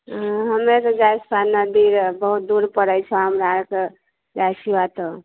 अऽ हमे तऽ जाइ नदी रऽ बहुत दूर पड़ै छै हमरा आरके जाइ छियऽ तऽ